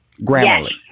Grammarly